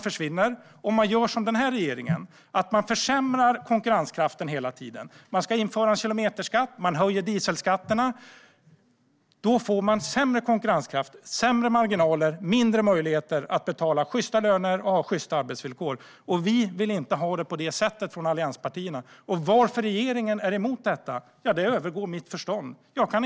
Den här regeringen försämrar konkurrenskraften hela tiden. Man ska införa kilometerskatt. Man höjer dieselskatten. Då får man sämre konkurrenskraft, mindre marginaler och mindre möjligheter att betala sjysta löner och ha sjysta arbetsvillkor. Vi från allianspartierna vill inte ha det på det sättet. Varför regeringen är emot detta övergår mitt förstånd.